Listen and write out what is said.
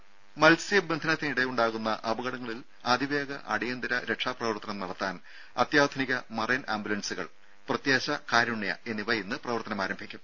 ദര മൽസ്യബന്ധനത്തിനിടെയുണ്ടാകുന്ന അപകടങ്ങളിൽ അതിവേഗ അടിയന്തര രക്ഷാപ്രവർത്തനം നടത്താൻ അത്യാധുനിക മറൈൻ ആംബുലൻസുകൾ പ്രത്യാശ കാരുണ്യ എന്നിവ ഇന്ന് പ്രവർത്തനം ആരംഭിക്കും